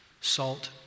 Salt